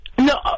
No